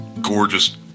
gorgeous